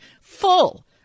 full